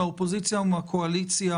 מן האופוזיציה ומן הקואליציה,